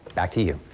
back to you.